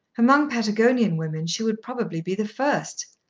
among patagonian women she would probably be the first.